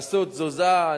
עשו תזוזה.